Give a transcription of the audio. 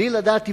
בלי לדעת עברית,